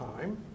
time